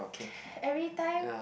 every time